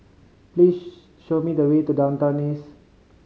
please show me the way to Downtown East